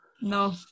No